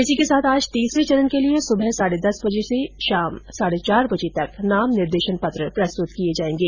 इसी के साथ आज तीसरे चरण के लिए सुबह साढे दस बजे से शाम साढे चार बजे तक नाम निर्देशन पत्र प्रस्तुत किये जायेंगे